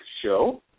show